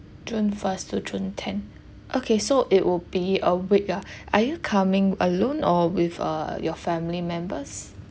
june first to june tenth okay so it will be a week ah are you coming alone or with uh your family members